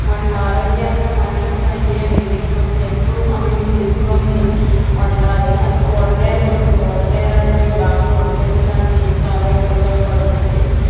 మనకి ఆరోగ్యానికి మంచివి అయ్యేవి ఇంకొంచెం ఎక్కువ సమయం తీసుకొని వండాలి కూరగాయలు కొన్ని కూరగాయలు అనేవి బాగా ఉడికించడానికి చాలా ఎక్కువ టైం పడుతుంది